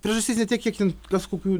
priežastis ne tiek kiek ten kas kokių